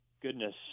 goodness